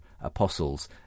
apostles